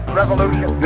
revolution